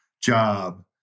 job